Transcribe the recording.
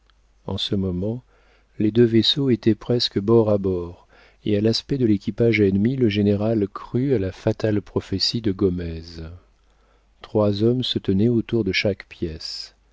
en ce moment les deux vaisseaux étaient presque bord à bord et à l'aspect de l'équipage ennemi le général crut à la fatale prophétie de gomez trois hommes se tenaient autour de chaque pièce